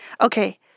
Okay